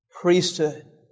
priesthood